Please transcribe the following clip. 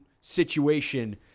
situation